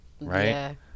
right